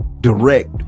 direct